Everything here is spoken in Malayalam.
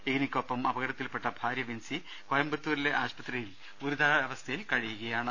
ഇഗ് നിക്കൊപ്പം അപകടത്തിൽ പെട്ട ഭാര്യ വിൻസി കോയമ്പത്തൂരിലെ ആശുപത്രിയിൽ ഗുരുതരാവസ്ഥയിൽ കഴിയുകയാണ്